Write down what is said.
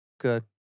Good